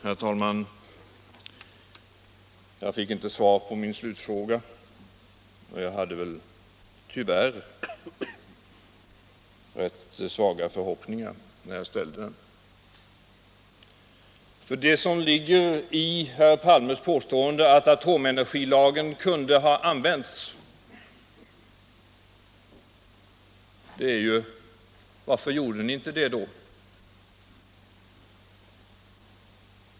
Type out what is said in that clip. Herr talman! Jag fick inte svar på min slutfråga, men jag hade tyvärr rätt svaga förhoppningar om det när jag ställde den. Herr Palme påstår att atomenergilagen kunde ha använts. Min fråga blir: Varför gjorde ni inte det då?